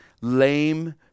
lame